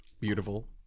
Beautiful